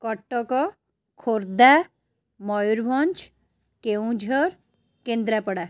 Cuttack Khordha Mayurbhanj Keonjhar Kendrapara